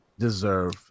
deserve